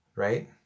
right